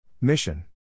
Mission